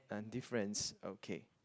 and difference okay